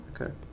Okay